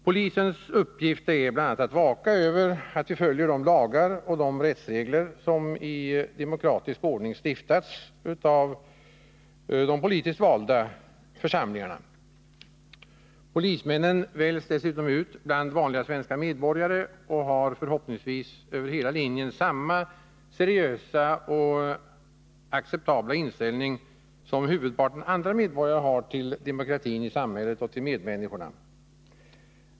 Polisens uppgift är bl.a. att vaka över att vi följer de lagar och de rättsregler som i demokratisk ordning stiftats av de politiskt valda församlingarna. Polismännen väljs dessutom ut bland vanliga svenska medborgare och har förhoppningsvis över hela linjen samma seriösa och acceptabla inställning som huvudparten andra medborgare till demokratin i samhället och till medmänniskorna.